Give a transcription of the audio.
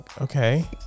okay